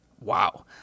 Wow